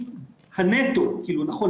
נכון,